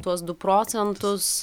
tuos du procentus